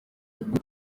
ubwo